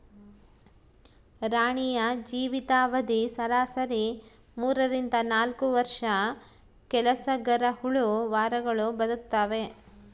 ರಾಣಿಯ ಜೀವಿತ ಅವಧಿ ಸರಾಸರಿ ಮೂರರಿಂದ ನಾಲ್ಕು ವರ್ಷ ಕೆಲಸಗರಹುಳು ವಾರಗಳು ಬದುಕ್ತಾವೆ